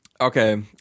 Okay